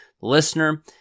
listener